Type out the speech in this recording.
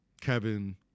Kevin